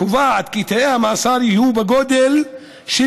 קובעת כי תאי המאסר יהיו בגודל של